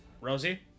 rosie